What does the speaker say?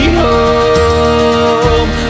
home